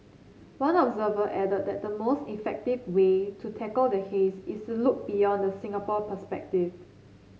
one observer added that the most effective way to tackle the haze is to look beyond the Singapore perspective